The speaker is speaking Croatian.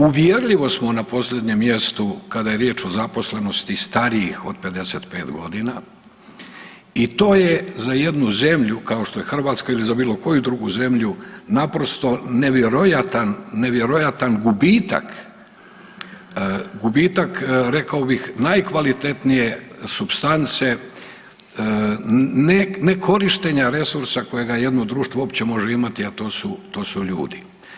Uvjerljivo smo na posljednjem mjestu kada je riječ o zaposlenosti starijih od 55.g. i to je za jednu zemlju kao što je Hrvatska ili za bilo koju drugu zemlju naprosto nevjerojatan, nevjerojatan gubitak, gubitak rekao bih najkvalitetnije supstance nekorištenja resursa kojega jedno društvo uopće može imati, a to su, to su ljudi.